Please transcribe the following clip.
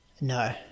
No